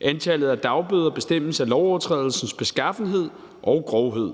Antallet af dagbøder bestemmes af lovovertrædelsens beskaffenhed og grovhed.